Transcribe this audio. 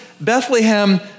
Bethlehem